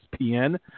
ESPN